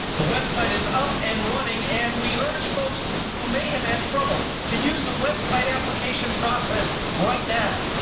the website is up and running and we urge folks who may have had trouble to use the website application process right now.